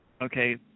Okay